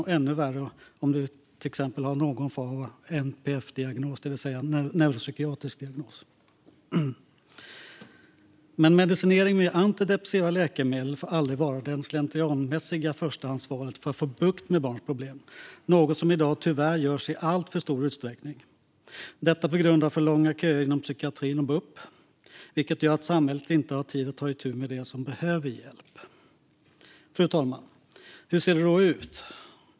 Och ännu värre är det om du har någon form av NPF-diagnos, det vill säga neuropsykiatrisk diagnos. Men medicinering med antidepressiva läkemedel får aldrig vara det slentrianmässiga förstahandsvalet för att få bukt med barns problem. Det är något som i dag tyvärr görs i alltför stor utsträckning. Detta sker på grund av för långa köer inom psykiatrin och bup, vilket gör att samhället inte har tid att ta itu med dem som behöver hjälp. Fru talman! Hur ser det då ut?